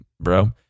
bro